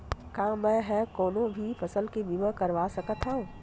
का मै ह कोनो भी फसल के बीमा करवा सकत हव?